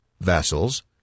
vassals